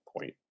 point